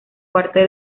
parte